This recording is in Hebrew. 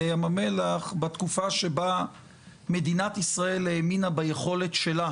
ים המלח בתקופה שבה מדינת ישראל האמינה ביכולת שלה